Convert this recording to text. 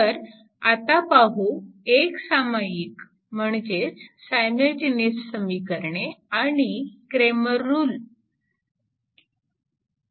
तर आता पाहू एकसामायिक म्हणजेच सायमल्टिनिअस समीकरणे आणि क्रेमर रूल